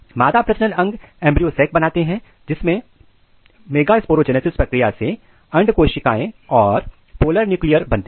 मादा प्रजनन अंग एंब्रियो सेक् बनाते हैं जिसमें मेगास्पू्रोजेनेसिस प्रक्रिया से अंड कोशिकाएं और पोलर न्यूक्लिआए बनते हैं